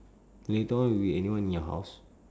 later on will be anyone in your house